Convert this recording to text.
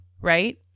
right